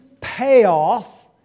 payoff